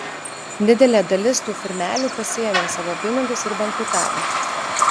didelė dalis tų firmelių pasiėmė savo pinigus ir bankrutavo